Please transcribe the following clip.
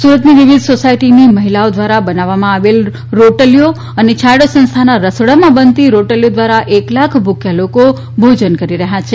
સુરતની વિવિધ સોસાયટીની મહિલાઓ દ્વારા બનાવવામાં આવેલ રોટલીઓ અને છાંયડો સંસ્થાના રસોડામાં બનતી રોટલીઓ દ્વારા એક લાખ ભૂખ્યા લોકો ભોજન કરી રહ્યા છે